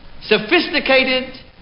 sophisticated